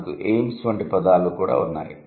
మనకు ఎయిమ్స్ వంటి పదాలు ఉన్నాయి